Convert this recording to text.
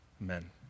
amen